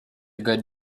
good